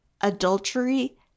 adultery